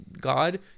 God